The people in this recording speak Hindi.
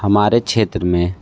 हमारे क्षेत्र में